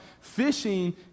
fishing